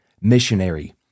missionary